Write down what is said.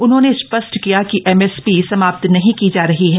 उन्होंने स्थष्ट किया कि एमएसपी समाप्त नहीं की जा रही है